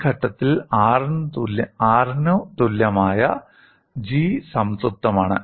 ഈ ഘട്ടത്തിൽ R ന് തുല്യമായ G സംതൃപ്തമാണ്